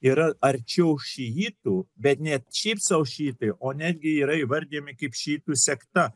yra arčiau šiitų bet net šiaip sau šiitai o netgi yra įvardijami kaip šiitų sekta